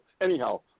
anyhow